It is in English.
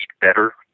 better